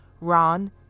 Ron